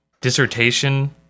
dissertation